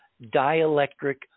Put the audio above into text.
dielectric